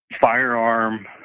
firearm